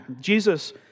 Jesus